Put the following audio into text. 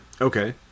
Okay